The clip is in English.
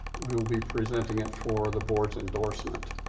we will be presenting it for the board's endorsement.